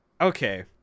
Okay